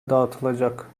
dağıtılacak